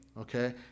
okay